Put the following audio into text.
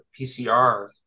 PCR